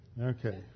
Okay